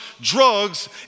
drugs